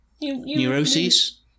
Neuroses